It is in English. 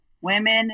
women